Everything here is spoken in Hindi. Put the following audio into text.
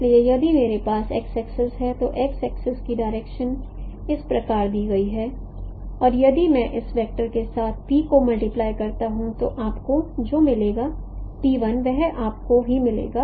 इसलिए यदि मेरे पास X एक्सिस है तो X एक्सिस की डायरेक्शन इस प्रकार दी गई है और यदि मैं इस वेक्टर के साथ p को मल्टीप्लाई करता हूं तो आपको जो मिलेगा वह आपको ही मिलेगा